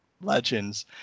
legends